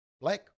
black